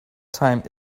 time